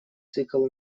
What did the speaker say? цикл